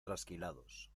trasquilados